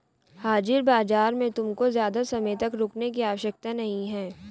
हाजिर बाजार में तुमको ज़्यादा समय तक रुकने की आवश्यकता नहीं है